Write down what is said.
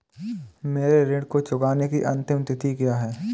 मेरे ऋण को चुकाने की अंतिम तिथि क्या है?